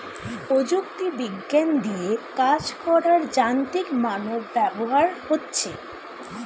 প্রযুক্তি বিজ্ঞান দিয়ে কাজ করার যান্ত্রিক মানব ব্যবহার হচ্ছে